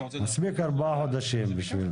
מספיק לו 4 חודשים.